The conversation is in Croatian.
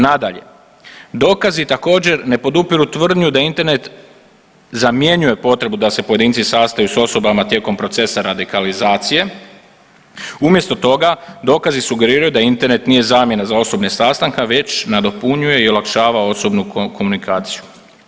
Nadalje, dokazi također ne podupiru tvrdnju da Internet zamjenjuje potrebu da se pojedinci sastaju s osobama tijekom procesa radikalizacije, umjesto toga dokazi sugeriraju da Internet nije zamjena za osobne sastanke već nadopunjuje i olakšava osobnu komunikaciju.